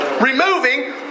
Removing